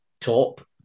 top